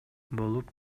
болуп